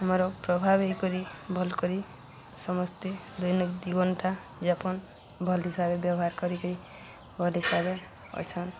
ଆମର ପ୍ରଭାବ ଏହିକରି ଭଲ୍ କରି ସମସ୍ତେ ଦୈନ ଜୀବନଟା ଯୋପନ୍ ଭଲ ହିସାବରେ ବ୍ୟବହାର କରିକି ଭଲ ହିସାବରେ ଅଛନ୍